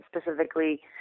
specifically